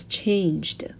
changed